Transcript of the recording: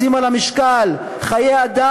לשים על המשקל: חיי אדם,